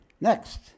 Next